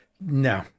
No